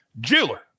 Jeweler